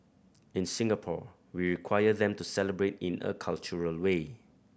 in Singapore we require them to celebrate in a cultural way